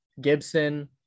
gibson